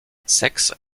sexe